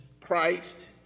Christ